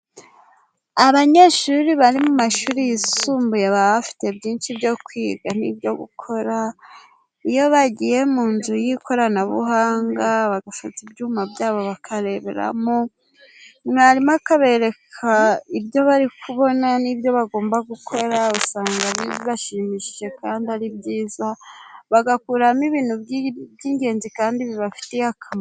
Abanyeshuri bari mu mashuri yisumbuye baba bafite byinshi byo kwiga n'ibyo gukora, iyo bagiye mu nzu y'ikoranabuhanga bagafata ibyuma byabo bakareberamo, mwarimu akabereka ibyo bari kubona n'ibyo bagomba gukora usanga bibashimishije kandi ari byiza, bagakuramo ibintu by'ingenzi kandi bibafitiye akamaro.